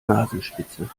nasenspitze